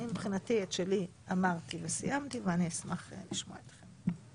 אני מבחינתי את שלי אמרתי וסיימתי ואני אשמח לשמוע אתכם.